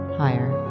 higher